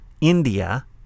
India